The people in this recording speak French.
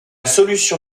solution